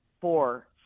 four